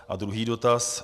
A druhý dotaz.